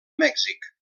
mèxic